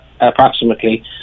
approximately